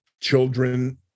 children